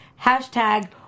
Hashtag